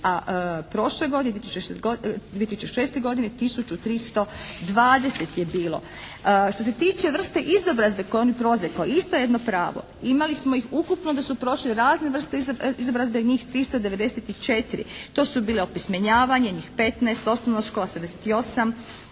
a prošle godine 2006. 1320 je bilo. Što se tiče vrste izobrazbe koju oni prolaze kao isto jedno pravo, imali smo ih ukupno da su prošli razne vrste izobrazbe njih 394. To su bilo opismenjivanje njih 15, osnovna škola 78,